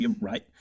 Right